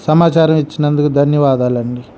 సమాచారం ఇచ్చినందుకు ధన్యవాదాలండి